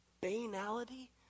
banality